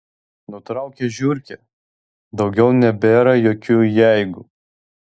nutraukė žiurkė daugiau nebėra jokių jeigu